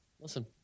Listen